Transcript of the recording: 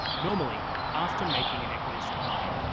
normally after making an equidistant line,